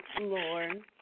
Lord